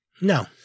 no